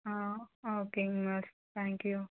ஆ ஓகேங்க miss thank you